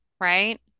right